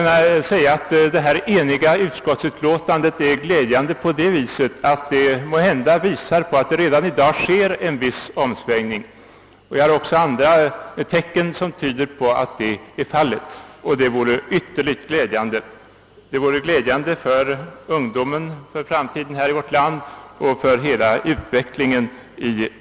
Det förhållandet att utskottets ledamöter är eniga är glädjande bl.a. därigenom att det visar att redan i dag en viss omsvängning kan ha ägt rum. Också andra tecken tyder på att så är fallet. Om det är en riktig bedömning vore det glädjande för ungdomen i vårt land och för hela samhällsutvecklingen.